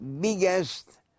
biggest